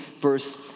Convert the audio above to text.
verse